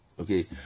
Okay